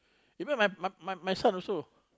even my my my my son also